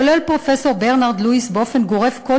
שולל פרופסור ברנרד לואיס באופן גורף כל